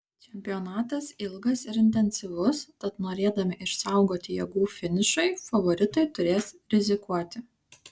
čempionatas ilgas ir intensyvus tad norėdami išsaugoti jėgų finišui favoritai turės rizikuoti